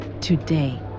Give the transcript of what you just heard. today